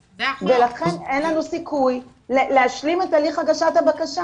ולכן אין לנו סיכוי להשלים את הליך הגשת הבקשה